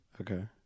Okay